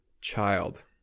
child